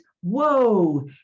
whoa